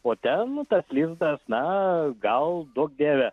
o ten tas lizdas na gal duok dieve